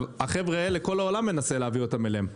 את החבר'ה האלה כל העולם מנסים להעביר אותם אליו.